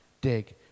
dig